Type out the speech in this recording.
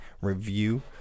review